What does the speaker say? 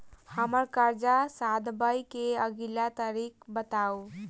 हम्मर कर्जा सधाबई केँ अगिला तारीख बताऊ?